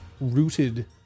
rooted